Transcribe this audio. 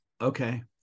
okay